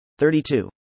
32